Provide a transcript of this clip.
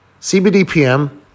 CBDPM